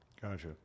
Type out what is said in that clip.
Gotcha